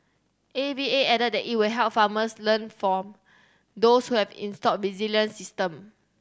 A V A added that it will help farmers learn from those who have installed resilient system